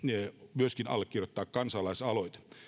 myöskin allekirjoittaa kansalaisaloite